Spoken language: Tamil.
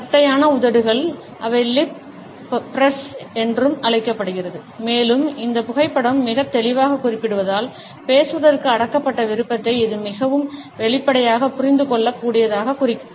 தட்டையான உதடுகள் அவை லிப் பிரஸ் என்றும் அழைக்கப்படுகின்றன மேலும் இந்த புகைப்படம் மிகத் தெளிவாகக் குறிப்பிடுவதால் பேசுவதற்கான அடக்கப்பட்ட விருப்பத்தை இது மிகவும் வெளிப்படையாக புரிந்துகொள்ளக்கூடியதாகக் குறிக்கிறது